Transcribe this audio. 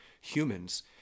humans